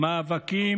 מאבקים,